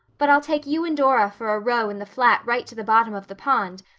but i'll take you and dora for a row in the flat right to the bottom of the pond,